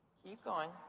keep going.